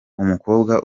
umukobwa